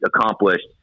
accomplished